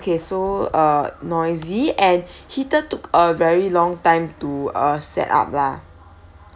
okay so uh noisy and heater took a very long time to uh set up lah